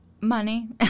Money